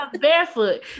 barefoot